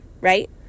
right